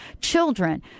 children